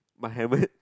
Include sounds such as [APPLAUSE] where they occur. my helmet [BREATH]